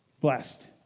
blessed